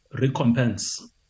recompense